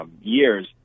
Years